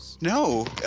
No